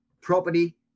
property